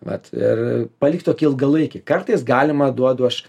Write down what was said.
vat ir palikt tokį ilgalaikį kartais galima duodu aš